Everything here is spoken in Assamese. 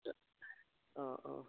অঁ অঁ